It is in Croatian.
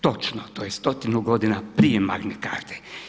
Točno, to je stotinu godina prije Magne Carte.